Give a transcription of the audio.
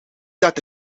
dat